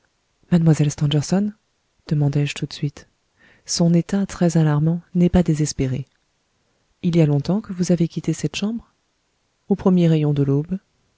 mlle stangerson demandai-je tout de suite son état très alarmant n'est pas désespéré il y a longtemps que vous avez quitté cette chambre au premier rayon de l'aube